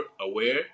aware